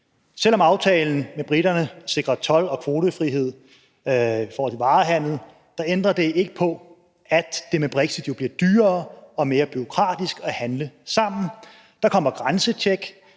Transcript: Selv om aftalen med briterne sikrer told- og kvotefrihed i forhold til varehandel, ændrer det ikke på, at det med brexit jo bliver dyrere og mere bureaukratisk at handle sammen: Der kommer grænsetjek;